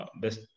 best